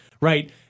right